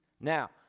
Now